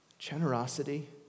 Generosity